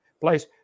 place